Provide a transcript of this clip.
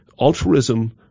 altruism